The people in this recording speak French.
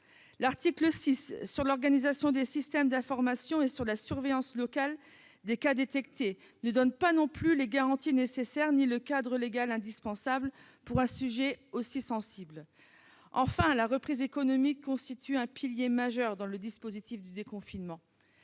l'article 6, relatif à l'organisation des systèmes d'information et à la surveillance locale des cas détectés, il ne donne pas non plus les garanties nécessaires ni le cadre légal indispensable sur un sujet aussi sensible. Enfin, la reprise économique constitue un pilier majeur dans le dispositif du déconfinement.